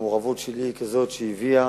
המעורבות שלי היא כזאת שהביאה